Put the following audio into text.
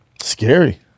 Scary